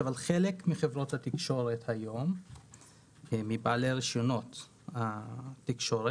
חלק מחברות התקשורת היום מבעלי רישיונות התקשורת,